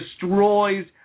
destroys